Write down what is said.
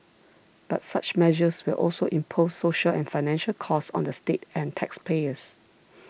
but such measures will also impose social and financial costs on the state and taxpayers